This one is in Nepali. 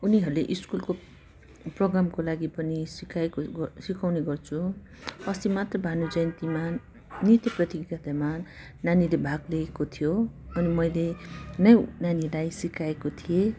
उनीहरूले स्कुलको प्रोग्रामको लागि पनि सिकाएको सिकाउने गर्छु अस्ति मात्र भानु जयन्तीमा नृत्य प्रतियोगितामा नानीले भाग लिएको थियो अनि मैले नै नानीलाई सिकाएको थिएँ